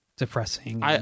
Depressing